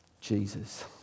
Jesus